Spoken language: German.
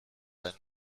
ein